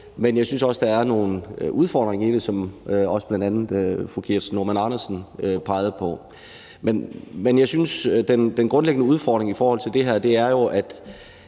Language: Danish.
men jeg synes også, at der er nogle udfordringer i det, som også bl.a. fru Kirsten Normann Andersen pegede på. Jeg synes, at der er en grundlæggende udfordring, i forhold til at her laver vi